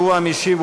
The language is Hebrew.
שהוא המשיב,